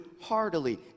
heartily